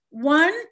One